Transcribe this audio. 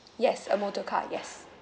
yes a motorcar yes